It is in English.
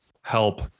help